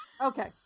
Okay